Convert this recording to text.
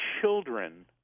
children